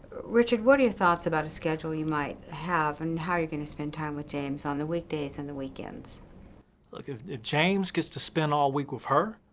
richard, what are your thoughts about a schedule you might have, and how are you going to spend time with james on the weekdays and the weekends? defendant look, if james gets to spend all week with her,